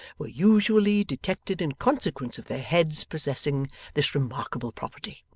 were usually detected in consequence of their heads possessing this remarkable property